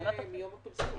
מיום הפרסום.